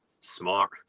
Smart